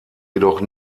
jedoch